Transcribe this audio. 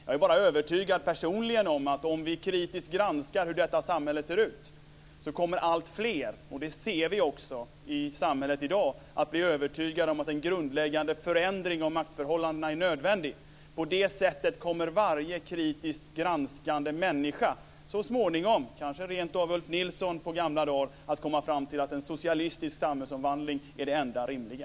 Jag är bara personligen övertygad om att om vi kritiskt granskar hur detta samhälle ser ut kommer alltfler - och detta ser vi också i samhället i dag - att bli övertygade om att en grundläggande förändring av maktförhållandena är nödvändig. På det sättet kommer varje kritiskt granskande människa - kanske rentav Ulf Nilsson på gamla dar - att så småningom komma fram till att en socialistisk samhällsomvandling är det enda rimliga.